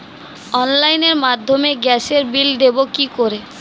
অনলাইনের মাধ্যমে গ্যাসের বিল দেবো কি করে?